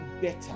better